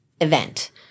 event